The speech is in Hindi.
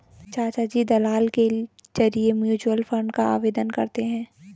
चाचाजी दलाल के जरिए म्यूचुअल फंड का आवेदन करते हैं